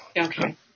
Okay